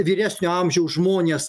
vyresnio amžiaus žmonės